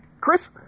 Chris